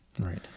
right